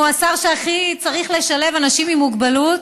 הוא השר שהכי צריך לשלב אנשים עם מוגבלות,